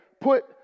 put